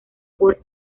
por